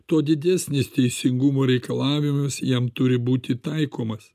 tuo didesnis teisingumo reikalavimas jam turi būti taikomas